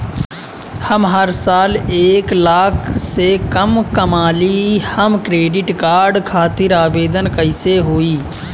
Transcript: हम हर साल एक लाख से कम कमाली हम क्रेडिट कार्ड खातिर आवेदन कैसे होइ?